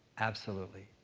absolutely.